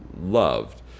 loved